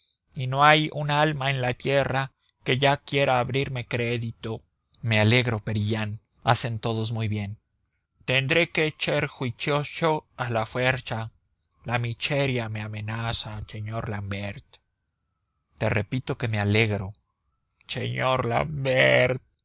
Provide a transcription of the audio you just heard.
y no hay un alma en la tierra que ya quiera abrirme crédito me alegro perillán hacen todos muy bien tendré que ser juicioso a la fuerza la miseria me amenaza señor l'ambert te repito que me alegro señor